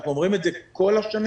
אנחנו אומרים את זה במשך כל השנים.